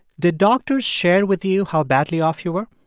did doctors share with you how badly off you were?